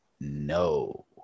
no